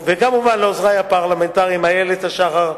וכמובן לעוזרים הפרלמנטריים איילת השחר,